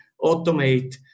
automate